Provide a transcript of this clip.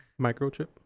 Microchip